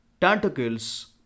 tentacles